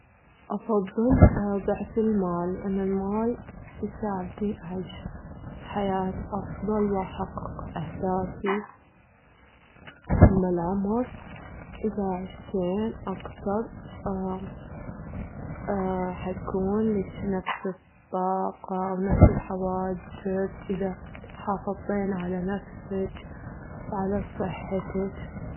أفضل ضعف المال, لأن المال يساعدني أعيش حياة أفضل وأحقق أهدافي، أما العمر إذا عيشتينه أكتر حيكون لتش نفس الطاقة، نفس الحواجز، إذا حافظتين على نفستش، وعلى صحتش.